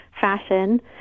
fashion